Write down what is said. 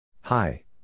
Hi